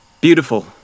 beautiful